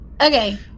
Okay